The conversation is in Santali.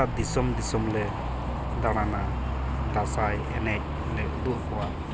ᱜᱚᱴᱟ ᱫᱤᱥᱚᱢ ᱫᱤᱥᱚᱢᱞᱮ ᱫᱟᱬᱟᱱᱟ ᱫᱟᱸᱥᱟᱭ ᱮᱱᱮᱡᱞᱮ ᱩᱫᱩᱜ ᱟᱠᱚᱣᱟ